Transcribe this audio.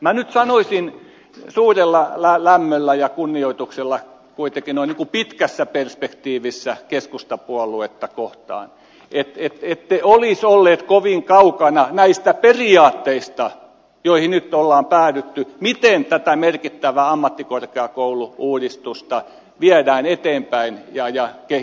minä nyt sanoisin suurella lämmöllä ja kunnioituksella kuitenkin noin niin kuin pitkässä perspektiivissä keskustapuoluetta kohtaan että ette olisi olleet kovin kaukana näistä periaatteista joihin nyt on päädytty miten tätä merkittävää ammattikorkeakoulu uudistusta viedään eteenpäin ja kehitetään